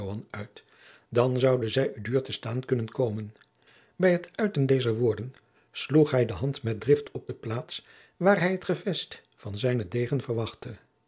dan zoude zij u duur te staan kunnen komen bij het uiten dezer woorden sloeg hij de hand met drift op de plaats waar hij het gevest van zijnen degen